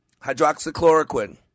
hydroxychloroquine